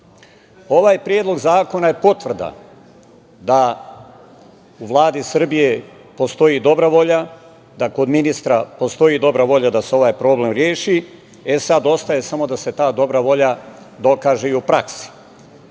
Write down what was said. predlog zakona je potvrda da u Vladi Srbije, postoji dobra volja, da kod ministra postoji dobra volja da se ovaj problem reši, sada ostaje samo da se ta dobra volja dokaže i u praksi.